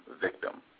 victim